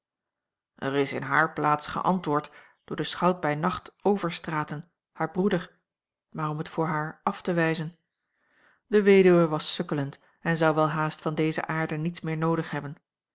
er is in hare plaats geantwoord door den schout bij nacht overstraten haar broeder maar om het voor haar af te wijzen de weduwe was sukkelend en zou welhaast van deze aarde niets meer noodig hebben